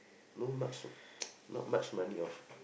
no much not much money of